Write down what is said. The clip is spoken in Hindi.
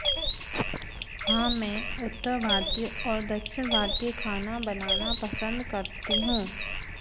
हाँ मैं उत्तर भारतीय और दक्षिण भारतीय खाना बनाना पसन्द करती हूँ